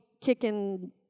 kicking